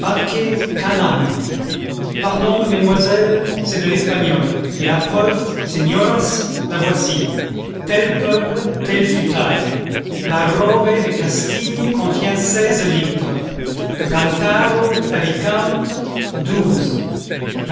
pardon mesdemoiselles c'est de l'espagnol et la preuve seoras la voici tel peuple telle futaille l'arrobe de castille contient seize litres le cantaro d'alicante douze